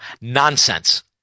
Nonsense